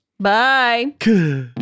Bye